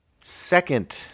second